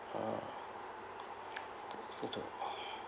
uh